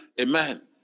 Amen